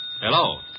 Hello